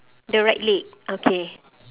the right leg okay